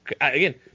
Again